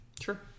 Sure